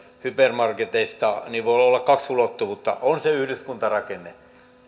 hypermarketeista niin voi olla kaksi ulottuvuutta on se yhdyskuntarakenne